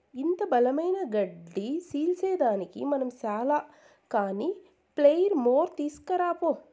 ఇంత బలమైన గడ్డి సీల్సేదానికి మనం చాల కానీ ప్లెయిర్ మోర్ తీస్కరా పో